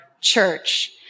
church